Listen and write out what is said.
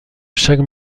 chaque